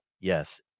yes